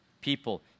people